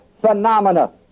phenomena